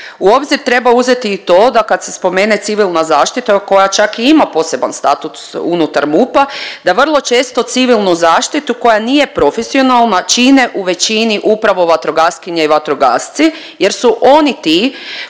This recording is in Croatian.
U obzir treba uzeti i to da kad se spomene civilna zaštita koja čak i ima poseban statut unutar MUP-a da vrlo često civilnu zaštitu koja nije profesionalna čine u većini upravo vatrogaskinje i vatrogasci jer su oni ti